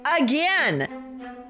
again